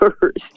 first